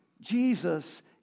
Jesus